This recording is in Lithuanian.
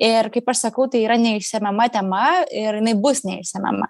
ir kaip aš sakau tai yra neišsemiama tema ir jinai bus neišsemiama